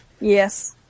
Yes